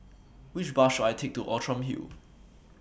Which Bus should I Take to Outram Hill